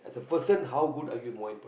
a person how good are you more